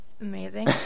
amazing